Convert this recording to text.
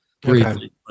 Briefly